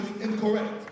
incorrect